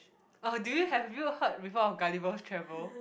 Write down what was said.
orh do you have you heard before of Gulliver's-Travel